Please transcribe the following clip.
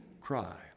cry